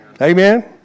Amen